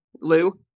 lou